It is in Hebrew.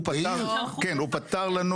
כן, הוא פתר לנו.